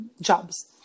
jobs